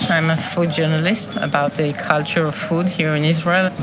i'm a food journalist about the culture of food here in israel.